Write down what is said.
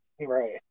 Right